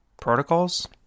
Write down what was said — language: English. protocols